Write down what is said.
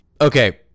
okay